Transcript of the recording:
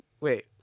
wait